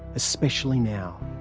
especially now.